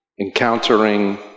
encountering